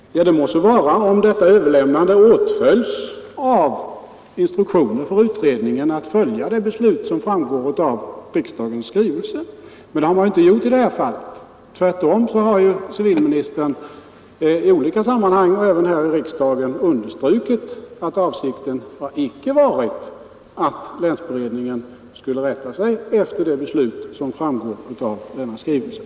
Ja, det må så vara, om detta överlämnande åtföljs av rådens ämbetsutöv instruktioner för utredningen att följa det beslut som framgår av "NE M.m. riksdagens skrivelse. Men så har inte skett i det här fallet. Tvärtom har z civilministern i olika sammanhang och även här i riksdagen understrukit Riksdagens att avsikten icke har varit att länsberedningen skulle rätta sig efter det skrivelser till Kungl. Maj:t